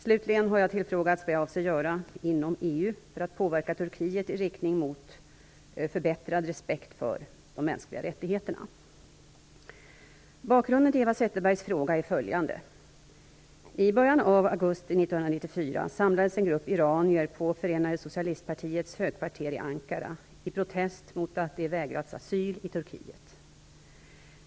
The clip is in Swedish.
Slutligen har jag tillfrågats vad jag avser göra inom EU för att påverka Turkiet i riktning mot förbättrad respekt för de mänskliga rättigheterna. Bakgrunden till Eva Zetterbergs fråga är följande: I början av augusti 1994 samlades en grupp iranier på Förenade socialistpartiets högkvarter i Ankara i protest mot att de vägrats asyl i Turkiet.